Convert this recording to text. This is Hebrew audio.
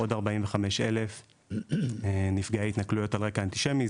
עוד 45 אלף נפגעי התנכלויות על רקע אנטישמי,